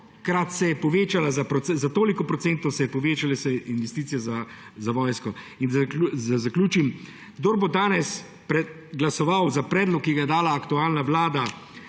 krat se je povečalo, za toliko procentov so se povečale investicije za vojsko. Naj zaključim. Kdor bo danes glasoval za predlog, ki ga je dala aktualna vlada,